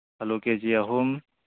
ꯑꯜꯂꯨ K G ꯑꯍꯨꯝ